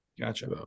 Gotcha